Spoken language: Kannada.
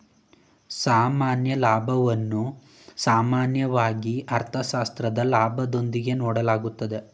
ಸಾಮಾನ್ಯ ಲಾಭವನ್ನು ಸಾಮಾನ್ಯವಾಗಿ ಅರ್ಥಶಾಸ್ತ್ರದ ಲಾಭದೊಂದಿಗೆ ನೋಡಲಾಗುತ್ತದೆ